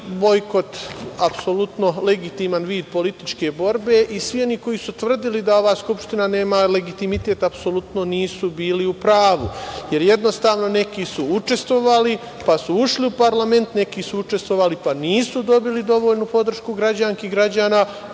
bojkot apsolutno legitiman vid političke borbe i svi oni koji su tvrdili da ova Skupština nema legitimitet, apsolutno nisu bili u pravu, jer jednostavno neki su učestvovali pa su ušli u parlament, neki su učestvovali pa nisu dobili dovoljnu podršku građanki i građana,